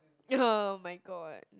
[oh]-my-god